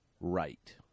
right